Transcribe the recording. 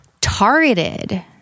targeted